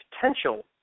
potential